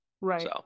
right